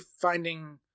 finding